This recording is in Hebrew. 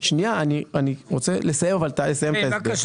אני רוצה לסיים את ההסבר.